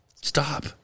Stop